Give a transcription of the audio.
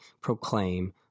proclaim